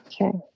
Okay